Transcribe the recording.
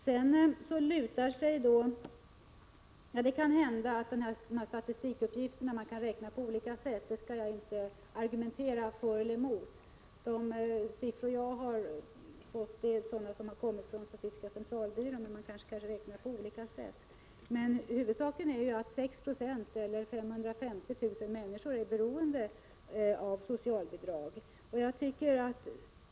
Det kan hända att man kan räkna på olika sätt när det gäller statistikuppgifterna — jag skall inte argumentera för eller emot i det fallet. Jag har fått uppgifterna från statistiska centralbyrån. Huvudsaken är att 6 96 eller 550 000 människor är beroende av socialbidrag.